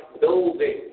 building